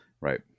right